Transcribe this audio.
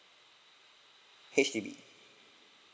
H_D_B